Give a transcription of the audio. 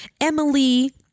Emily